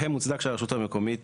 שהרשות המקומית